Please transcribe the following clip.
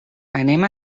anem